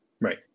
Right